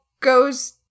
goes